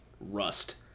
Rust